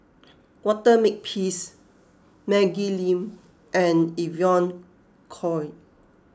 Walter Makepeace Maggie Lim and Evon Kow